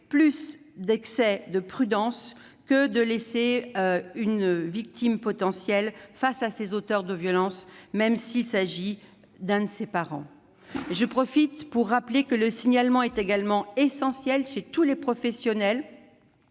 collègues, plutôt que de laisser une victime potentielle face aux auteurs de violences, même s'il s'agit de l'un de ses parents. J'en profite pour rappeler que le signalement est également essentiel chez tous les professionnels